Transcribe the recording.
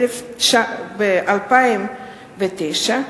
התשס"ט 2009,